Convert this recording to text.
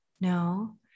no